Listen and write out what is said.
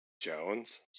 Jones